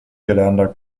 gelernter